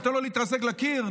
נותן לו להתרסק לקיר,